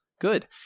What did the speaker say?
good